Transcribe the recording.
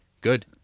Good